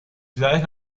ciudades